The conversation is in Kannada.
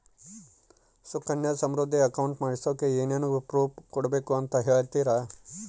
ಸುಕನ್ಯಾ ಸಮೃದ್ಧಿ ಅಕೌಂಟ್ ಮಾಡಿಸೋಕೆ ಏನೇನು ಪ್ರೂಫ್ ಕೊಡಬೇಕು ಅಂತ ಹೇಳ್ತೇರಾ?